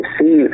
see